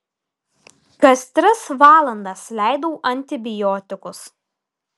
kas tris valandas leidau antibiotikus